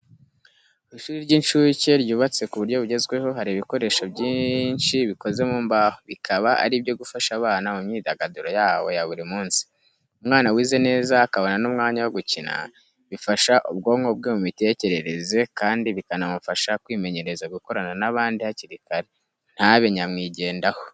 Ku ishuri ry'incuke ryubatse ku buryo bugezweho, hari ibikoresho byinshi bikoze mu mbaho, bikaba ari ibyo gufasha abana mu myidagaduro yabo ya buri munsi. Umwana wize neza akabona n'umwanya wo gukina bifasha ubwonko bwe mu miterereze kandi bikanamufasha kwimenyereza gukorana n'abandi hakiri, ntabe nyamwigendaho.